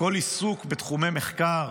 כל עיסוק בתחומי מחקר,